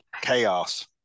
Chaos